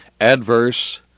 adverse